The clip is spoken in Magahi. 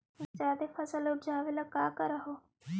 जादे फसल उपजाबे ले की कर हो?